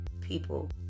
people